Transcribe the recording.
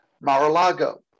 Mar-a-Lago